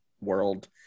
world